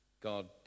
God